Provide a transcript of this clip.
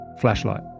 flashlight